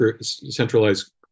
centralized